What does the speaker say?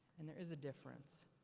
and there is a difference.